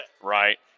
right